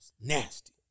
Nasty